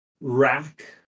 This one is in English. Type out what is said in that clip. rack